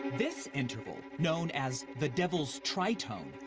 this interval, known as the devil's tritone,